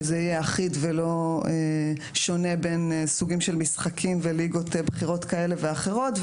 שזה יהיה אחיד ולא שונה בין סוגים של משחקים וליגות בכירות כאלה ואחרות,